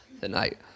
tonight